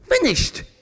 finished